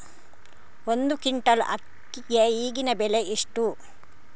ಒಂದು ಕ್ವಿಂಟಾಲ್ ಅಕ್ಕಿಗೆ ಈಗಿನ ಬೆಲೆ ಎಷ್ಟು?